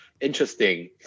interesting